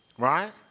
Right